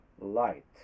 light